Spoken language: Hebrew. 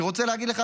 אני רוצה להגיד לך,